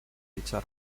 dicha